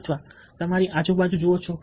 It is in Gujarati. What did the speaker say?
અથવા તમારી આજુબાજુ જુઓ છો